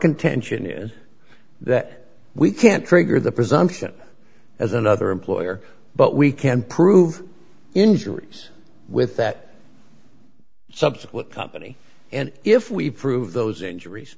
contention is that we can't trigger the presumption as another employer but we can prove injuries with that subsequent company and if we prove those injuries